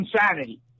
insanity